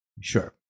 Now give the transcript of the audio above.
Sure